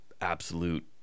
absolute